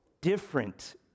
different